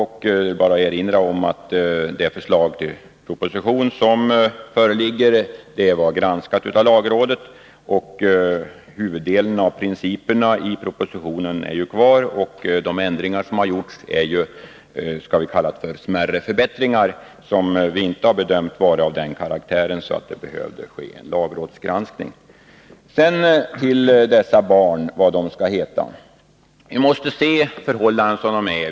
Jag vill bara erinra om att det förslag i propositionen som föreligger har granskats av lagrådet. Huvuddelen av principerna i propositionen finns ju kvar. De ändringar som har gjorts är låt mig säga smärre förbättringar som vi inte bedömt vara av den karaktären att det skulle ha behövt göras en lagrådsgranskning. Sedan till frågan om vad barnen skall heta. Vi måste se förhållandena som de är.